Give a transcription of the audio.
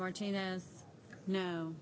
martinez no